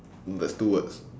but it's two words